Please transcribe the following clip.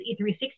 E360